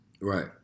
Right